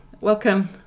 Welcome